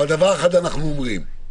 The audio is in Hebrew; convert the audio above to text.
דבר אחד אנחנו אומרים: